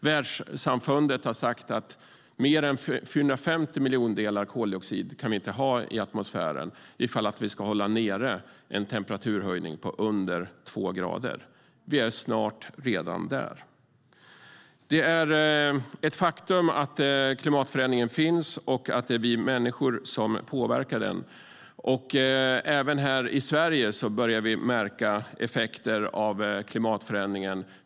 Världssamfundet har sagt att mer än 450 miljondelar koldioxid kan vi inte ha i atmosfären om vi ska hålla ned temperaturhöjningen till under två grader. Vi är snart där. Det är ett faktum att klimatförändringen finns och att det är vi människor som påverkar den. Även här i Sverige börjar vi märka av effekter av klimatförändringen.